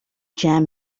jam